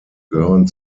gehören